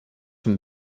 him